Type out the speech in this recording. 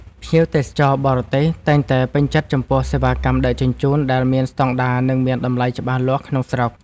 ភ្ញៀវទេសចរបរទេសតែងតែពេញចិត្តចំពោះសេវាកម្មដឹកជញ្ជូនដែលមានស្ដង់ដារ និងមានតម្លៃច្បាស់លាស់ក្នុងស្រុក។